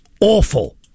awful